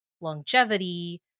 longevity